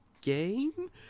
game